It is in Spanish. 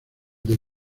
the